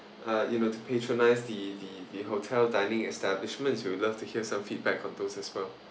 uh you know to patronise the the the hotel dining establishments we'll love to hear some feedback on those as well